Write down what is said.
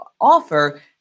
offer